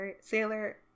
Sailor